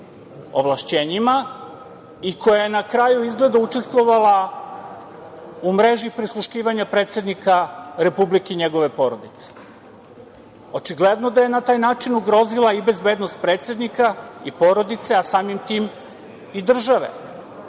ovlašćenjima i koja je na kraju, izgleda, učestvovala u mreži prisluškivanja predsednika Republike i njegove porodice? Očigledno da je na taj način ugrozila i bezbednost predsednika i porodice, a samim tim i države. Kako